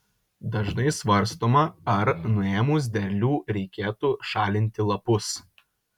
dažnai svarstoma ar nuėmus derlių reikėtų šalinti lapus